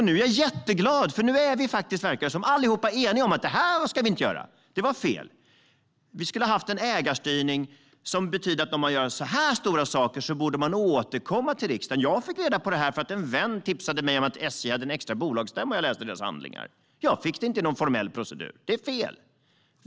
Nu är jag jätteglad eftersom det nu verkar som om vi alla är eniga om att vi inte ska göra detta. Det var fel. Vi borde ha en ägarstyrning som innebär att statliga företag ska återkomma till riksdagen om de gör så här stora saker. Jag fick reda på detta av en vän som tipsade mig om att SJ hade en extra bolagsstämma. Jag läste sedan deras handlingar. Jag fick inte veta det genom någon formell procedur. Det är fel!